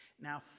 now